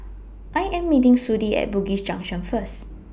I Am meeting Sudie At Bugis Junction First